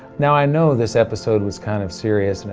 now i know this episode was kind of serious,